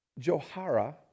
Johara